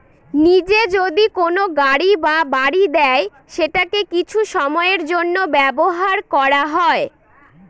নিজে যদি কোনো গাড়ি বা বাড়ি দেয় সেটাকে কিছু সময়ের জন্য ব্যবহার করা হয়